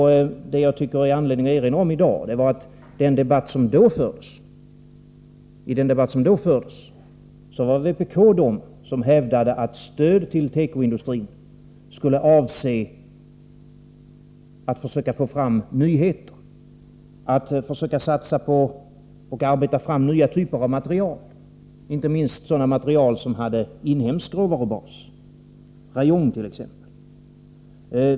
Det finns anledning att i dag erinra om att det i den debatt som då fördes var vpk som hävdade att stöd till tekoindustrin skulle avse försök att få fram nyheter och satsningar på framtagande av nya typer av material, inte minst sådana material som hade inhemsk råvarubas, t.ex. rayon.